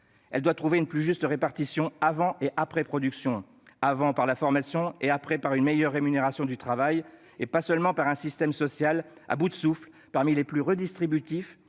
Elle doit trouver une plus juste répartition avant et après production : avant, par la formation ; après, par une meilleure rémunération du travail, plutôt que de reposer sur un système social à bout de souffle, parmi les plus redistributifs,